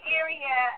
area